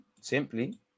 Simply